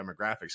demographics